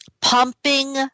pumping